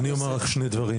אני אומר רק שני דברים.